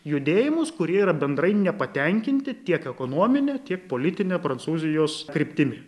judėjimus kurie yra bendrai nepatenkinti tiek ekonomine tiek politine prancūzijos kryptimi